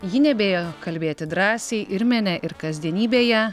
ji nebijo kalbėti drąsiai ir mene ir kasdienybėje